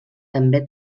també